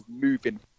moving